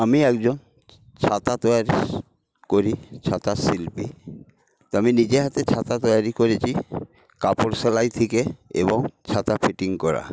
আমি একজন ছাতা তৈয়ারী করি ছাতা শিল্পী আমি নিজে হাতে ছাতা তৈয়ারী করেছি কাপড় সেলাই থেকে এবং ছাতা ফিটিং করা